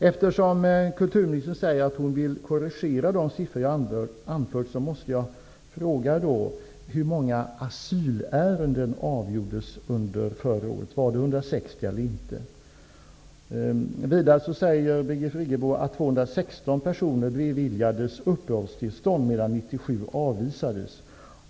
Eftersom kulturministern säger att hon vill korrigera de uppgifter jag anfört måste jag fråga hur många asylärenden som avgjordes under förra året. Var det 160 eller inte? Birgit Friggebo säger vidare att 216 personer beviljades uppehållstillstånd medan 97 avvisades.